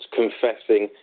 confessing